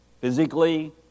physically